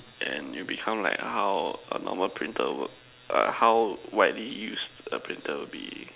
and it become like how a normal printer work uh how widely use a printer will be